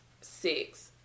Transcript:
six